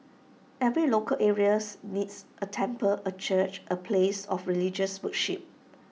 every local areas needs A temple A church A place of religious worship